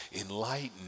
enlightened